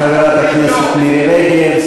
תודה לחברת הכנסת מירי רגב,